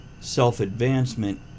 self-advancement